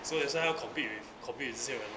so that's why 她 compete with 这些人